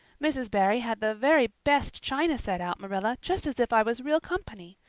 mrs. barry had the very best china set out, marilla, just as if i was real company.